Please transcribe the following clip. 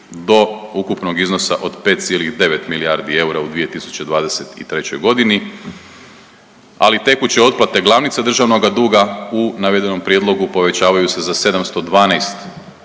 do ukupnog iznosa od 5,9 milijardi eura u 2023.g., ali tekuće otplate glavnice državnoga duga u navedenom prijedlogu povećavaju se za 712,1 milijun